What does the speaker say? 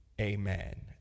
Amen